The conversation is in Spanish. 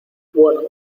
bueno